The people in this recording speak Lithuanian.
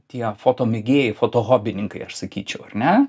tie fotomėgėjai fotohobininkai aš sakyčiau ar ne